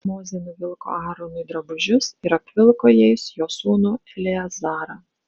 mozė nuvilko aaronui drabužius ir apvilko jais jo sūnų eleazarą